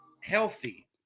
healthy